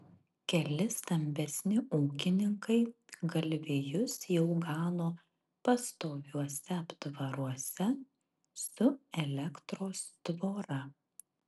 keli stambesni ūkininkai galvijus jau gano pastoviuose aptvaruose su elektros tvora